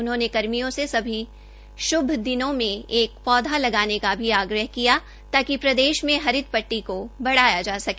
उन्होंने कर्मियों से सभी श्भ दिनों में एक पौधा लगाने का भी आग्रह किया ताकि प्रदेश में हरित पट्टी को बढ़ाया जा सके